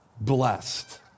blessed